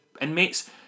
inmates